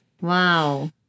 Wow